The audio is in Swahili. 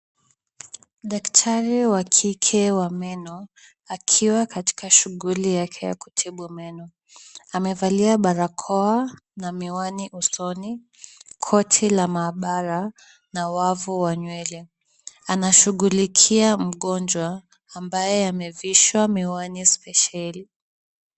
Daktari wa kike wa meno, akiwa katika shughuli yake ya kutibu meno, amevalia barakoa na miwani usoni, koti la maabara na wavu wa nywele. Anashughulikia mgonjwa ambaye amevishwa miwani spesheli.